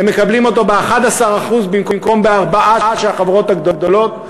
הם מקבלים אותו ב-11% במקום ב-4% שמקבלות החברות הגדולות,